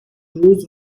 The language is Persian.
روز